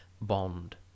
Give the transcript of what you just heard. bond